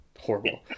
horrible